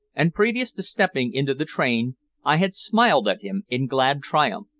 and previous to stepping into the train i had smiled at him in glad triumph.